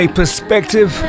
perspective